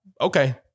okay